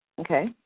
Okay